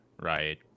right